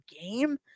game